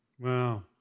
Wow